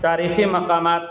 تاریخی مقامات